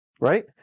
right